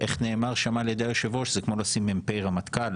איך נאמר שם על ידי היושב ראש זה כמו לשים מ"פ רמטכ"ל,